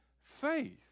faith